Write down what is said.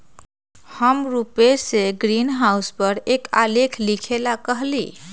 हम रूपेश से ग्रीनहाउस पर एक आलेख लिखेला कहली